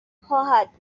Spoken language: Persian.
خواهد